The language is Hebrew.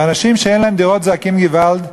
ואנשים שאין להם דירות זועקים געוואלד,